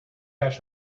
catch